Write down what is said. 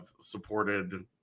supported